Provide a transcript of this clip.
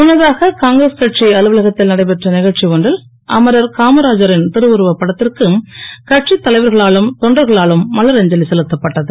முன்னதாக காங்கிரஸ் கட்சி அலுவலகத்தில் நடைபெற்ற நிகழ்ச்சி ஒன்றில் அமரர் காமராஜரின் திருவுருவப் படத்திற்கு கட்சித் தலைவர்களாலும் தொண்டர்களாலும் மலர் அஞ்சலி செலுத்தப்பட்டது